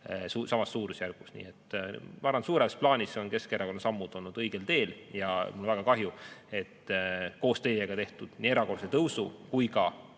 samas suurusjärgus. Nii et ma arvan, et suures plaanis on Keskerakonna sammud olnud õigel teel. Ja mul on väga kahju, et koos teiega tehtud nii erakorralise tõusu kui ka